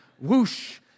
whoosh